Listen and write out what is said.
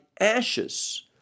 ashes